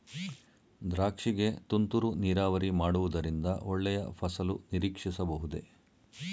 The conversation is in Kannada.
ದ್ರಾಕ್ಷಿ ಗೆ ತುಂತುರು ನೀರಾವರಿ ಮಾಡುವುದರಿಂದ ಒಳ್ಳೆಯ ಫಸಲು ನಿರೀಕ್ಷಿಸಬಹುದೇ?